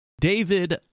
david